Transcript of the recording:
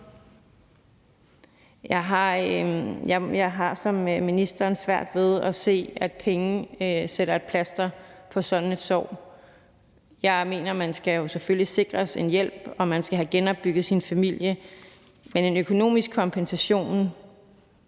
Jeg har som ministeren svært ved at se, at penge sætter et plaster på sådan et sår. Jeg mener, at man selvfølgelig skal sikres en hjælp, og at man skal have genopbygget sin familie. Men en økonomisk kompensation